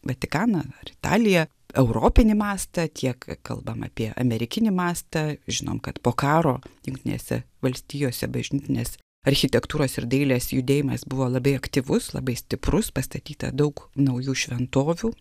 vatikaną ar italiją europinį mastą tiek kalbame apie amerikinį mastą žinom kad po karo jungtinėse valstijose bažnytinės architektūros ir dailės judėjimas buvo labai aktyvus labai stiprus pastatyta daug naujų šventovių